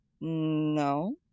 No